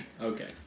Okay